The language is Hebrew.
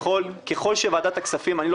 ככל שוועדת הכספים,